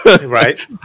right